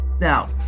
Now